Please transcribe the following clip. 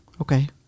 Okay